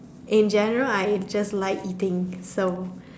in general I just like dim-sum